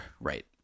right